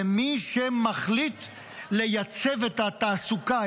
למי שמחליט לייצב את התעסוקה,